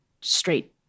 straight